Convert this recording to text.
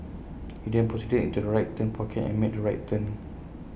he then proceeded into the right turn pocket and made the right turn